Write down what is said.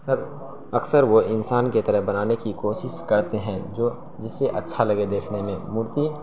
سر اکثر وہ انسان کے طرح بنانے کی کوشش کرتے ہیں جو جس سے اچھا لگے دیخنے میں مورتی